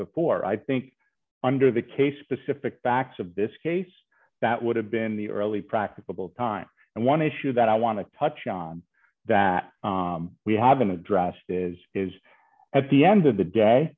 before i think under the case specific backs of this case that would have been the early practicable time and one issue that i want to touch on that we haven't addressed is is at the end of the